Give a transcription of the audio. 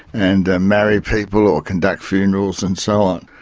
and ah marry people or conduct funerals and so on.